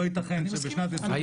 לא יתכן שבשנת 2021 -- אני מסכים אתך.